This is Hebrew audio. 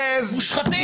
ארז, אם היית --- מושחתים.